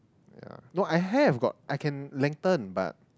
ya no I have got I can lengthen but